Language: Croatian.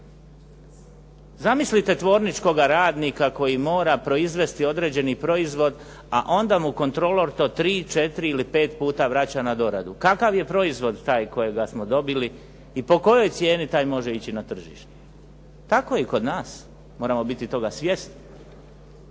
Zamislite tvorničkoga radnika koji mora proizvesti određeni proizvod, a onda mu kontrolor to tri, četiri ili pet puta vraća na doradu. Kakav je proizvod taj kojega smo dobili i po kojoj cijeni taj može ići na tržište? Tako je i kod nas. Moramo biti toga svjesni.